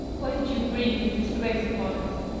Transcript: why did you bring this disgrace upon us?